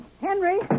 Henry